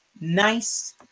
Nice